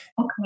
Okay